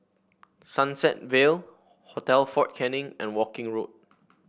Sunset Vale Hotel Fort Canning and Woking Road